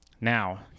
Now